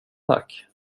tack